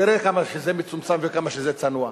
תראה כמה שזה מצומצם וכמה שזה צנוע,